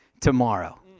tomorrow